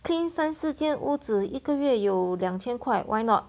clean 三四间屋子一个月有两千块 why not